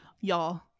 y'all